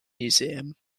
museum